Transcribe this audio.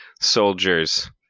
soldiers